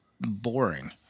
boring